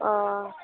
अ